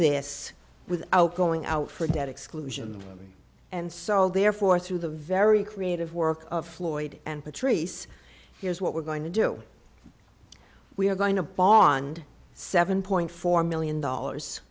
this without going out for debt exclusion and so therefore through the very creative work of floyd and patrice here's what we're going to do we are going to bomb and seven point four million dollars